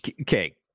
Okay